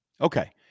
okay